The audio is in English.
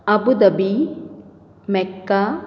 Abu Dhabi mecca